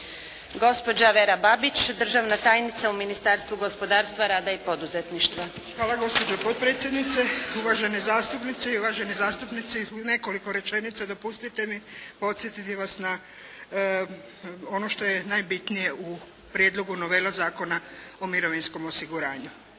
Gospođa Vera Babić, državna tajnica u Ministarstvu gospodarstva, rada i poduzetništva. **Babić, Vera** Hvala gospođo potpredsjednice, uvažene zastupnice i uvaženi zastupnici. U nekoliko rečenica dopustite mi podsjetiti vas na ono što je najbitnije u Prijedlogu novela Zakona o mirovinskom osiguranju.